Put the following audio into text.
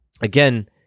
again